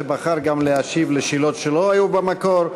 שבחר גם להשיב על שאלות שלא היו במקור.